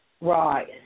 Right